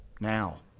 Now